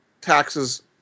taxes